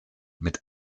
mit